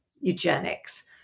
eugenics